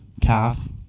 calf